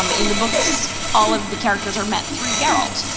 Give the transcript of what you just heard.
um in the books, all of the characters are met through geralt.